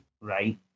right